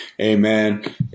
amen